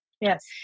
Yes